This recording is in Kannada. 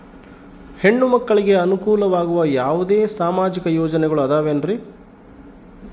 ಹೆಣ್ಣು ಮಕ್ಕಳಿಗೆ ಅನುಕೂಲವಾಗುವ ಯಾವುದೇ ಸಾಮಾಜಿಕ ಯೋಜನೆಗಳು ಅದವೇನ್ರಿ?